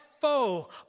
foe